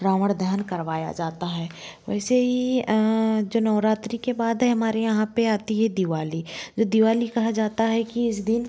रावण दहन करवाया जाता है वैसे ही जो नवरात्रि के बाद है हमारे यहाँ पे आती है दिवाली दिवाली कहा जाता है कि इस दिन